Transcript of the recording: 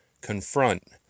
confront